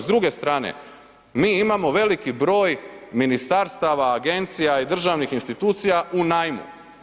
S druge strane, mi imamo veliki broj ministarstava, agencija i državnih institucija u najmu.